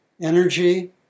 energy